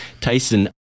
Tyson